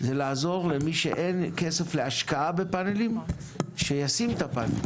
זה לעזור למי שאין לו כסף להשקעה בפאנלים לשים את הפאנלים,